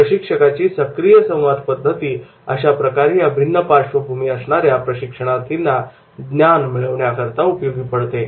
प्रशिक्षकाची सक्रिय संवाद पद्धती अशाप्रकारे या भिन्न पार्श्वभूमी असणाऱ्या प्रशिक्षणार्थींना ज्ञान मिळवण्याकरता उपयोगी पडते